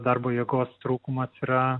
darbo jėgos trūkumas yra